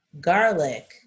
garlic